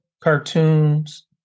cartoons